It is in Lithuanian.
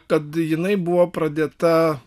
kad jinai buvo pradėta